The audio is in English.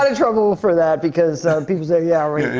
and trouble for that because, people say, yeah, right.